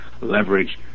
leverage